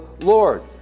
Lord